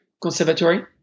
conservatory